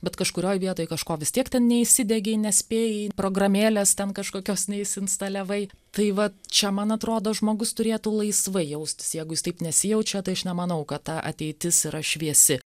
bet kažkurioj vietoj kažko vis tiek ten neįsidiegei nespėjai programėlės ten kažkokios neįsiinstaliavai tai va čia man atrodo žmogus turėtų laisvai jaustis jeigu jis taip nesijaučia tai aš nemanau kad ta ateitis yra šviesi